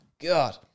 God